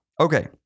Okay